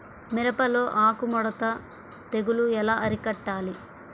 మిరపలో ఆకు ముడత తెగులు ఎలా అరికట్టాలి?